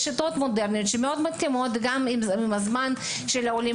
יש שיטות מודרניות שמתאימות גם עם הזמן של העולים